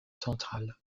central